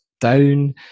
down